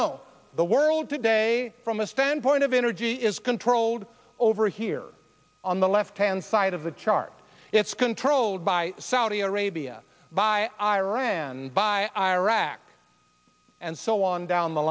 no the world today from a standpoint of energy is controlled over here on the left hand side of the chart it's controlled by saudi arabia by iran by iraq and so on down the